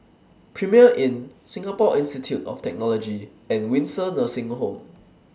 Premier Inn Singapore Institute of Technology and Windsor Nursing Home